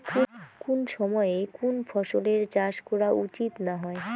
কুন সময়ে কুন ফসলের চাষ করা উচিৎ না হয়?